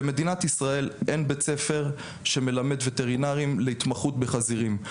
למדינת ישראל אין בית ספר שמלמד וטרינרים להתמחות בחזירים,